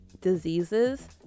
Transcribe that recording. diseases